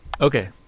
Okay